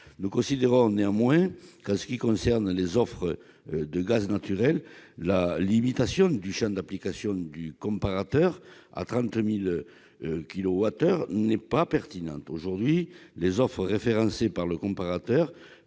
Nous considérons néanmoins que, pour ce qui concerne les offres de gaz naturel, la limitation du champ d'application du comparateur à 30 000 kilowattheures n'est pas pertinente. Aujourd'hui, les offres référencées par le comparateur